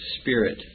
Spirit